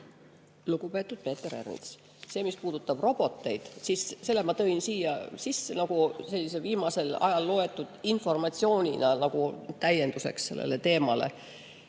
Lugupeetud Peeter Ernits! Mis puudutab roboteid, siis selle ma tõin siia sisse oma viimasel ajal loetud informatsioonina, täienduseks sellele teemale.